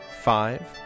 Five